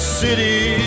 city